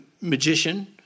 magician